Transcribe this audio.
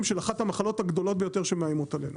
של אחת המחלות הגדולות ביותר שמאיימות עלינו.